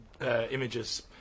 Images